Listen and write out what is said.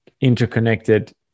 interconnected